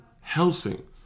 Helsing